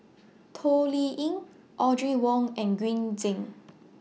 Toh Liying Audrey Wong and Green Zeng